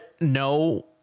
No